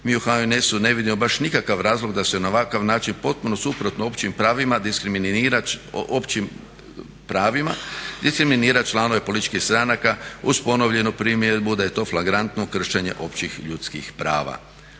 Mi u HNS-u ne vidimo baš nikakav razlog da se na ovakav način potpuno suprotno općim pravima diskriminira članove političkih stranaka uz ponovljenu primjenu da je to flagrantno kršenje općih i ljudskih prava.